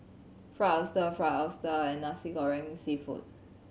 Fried Oyster Fried Oyster and Nasi Goreng Seafood